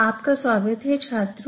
आपका स्वागत है छात्रों